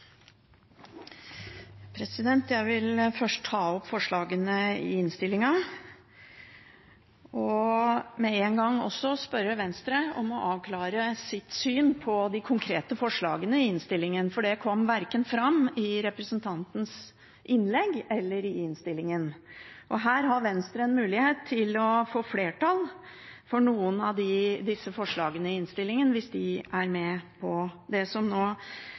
Jeg vil først ta opp forslagene i innstillingen og med en gang spørre Venstre om å avklare sitt syn på de konkrete forslagene der. Det kom verken fram i representantens innlegg eller i innstillingen, og her har Venstre en mulighet til å få flertall for noen av disse forslagene i innstillingen hvis de er med på det som nå